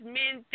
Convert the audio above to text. men